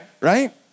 right